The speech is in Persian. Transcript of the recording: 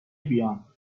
بیان